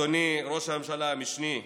אדוני ראש הממשלה המשני,